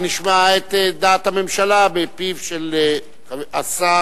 נשמע את דעת הממשלה מפיו של השר